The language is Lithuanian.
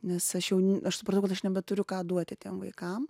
nes aš jau aš supratau kad aš nebeturiu ką duoti tiem vaikam